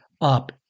up